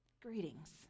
Greetings